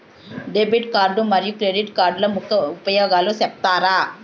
Debit card మరియు credit కార్డుల ముఖ్య ఉపయోగాలు సెప్తారా?